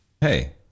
hey